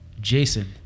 Jason